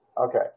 Okay